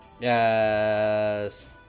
Yes